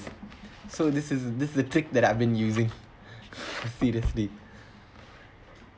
so this is this is the trick that I've been using seriously